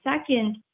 second